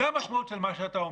זו המשמעות של מה שאתה אומר.